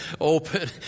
open